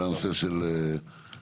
על הנושא של התוואי.